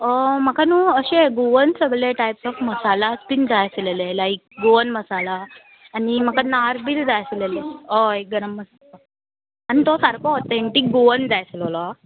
म्हाका न्हू अशें गोवन सगळे टायप्स ऑफ मसालास बीन जाय आसलेले लायक गोवन मसाला आनी म्हाका नार बी जाय आसलेले हय गरम आनी तो सारको ऑथेंटीक गोवन जाय आसलेलो आं